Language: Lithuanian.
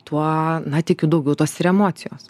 tuo na tikiu daugiau tos ir emocijos